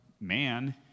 man